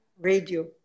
radio